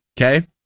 Okay